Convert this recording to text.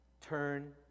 turn